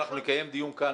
אנחנו נקיים דיון כאן,